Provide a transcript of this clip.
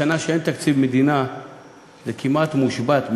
בשנה שאין תקציב מדינה זה כמעט מושבת,